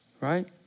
Right